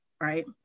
right